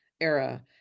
era